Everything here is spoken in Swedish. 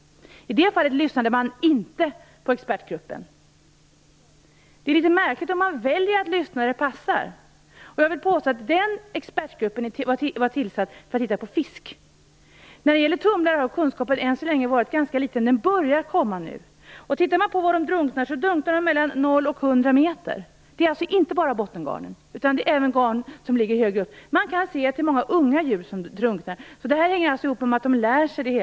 I det fallet lyssnade man inte på expertgruppen. Det är litet märkligt att man väljer att lyssna när det passar. Jag vill påstå att den expertgruppen var tillsatt för att titta på fisk. När det gäller tumlare har kunskapen än så länge varit ganska liten, men den börjar komma nu. Tumlarna drunknar på ett djup av mellan noll och hundra meter. Det handlar alltså inte bara om bottengarnen utan även om garn som ligger högre upp. Man kan se att det är många unga djur som drunknar. Det hänger ihop med att de lär sig.